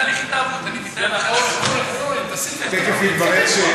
אם תקדם את יחסי ישראל עם יהודה ושומרון תוכל גם כן לבקש בקשות.